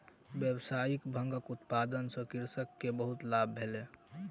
व्यावसायिक भांगक उत्पादन सॅ कृषक के बहुत लाभ भेलैन